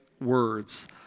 words